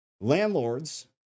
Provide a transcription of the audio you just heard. landlords